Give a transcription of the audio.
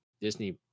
Disney